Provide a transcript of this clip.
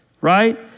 right